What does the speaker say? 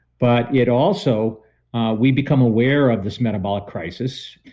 but yet also we become aware of this metabolic crisis.